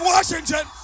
Washington